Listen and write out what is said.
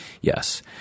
Yes